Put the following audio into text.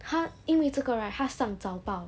她因为这个 right 她上早报